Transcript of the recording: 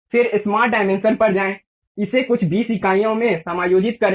फिर smart dimension पर जाएं इसे कुछ 20 इकाइयों में समायोजित करें